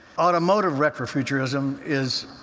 automotive retrofuturism is